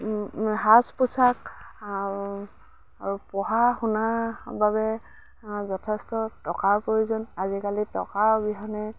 সাজ পোছাক আৰু পঢ়া শুনাৰ বাবে যথেষ্ট টকাৰ প্ৰয়োজন আজিকালি টকাৰ অবিহনে